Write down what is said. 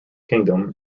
kingdom